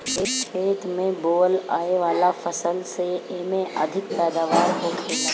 खेत में बोअल आए वाला फसल से एमे अधिक पैदावार होखेला